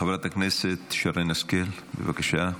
חברת הכנסת שרן השכל, בבקשה.